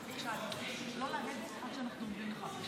לא לרדת עד שאנחנו אומרים לך.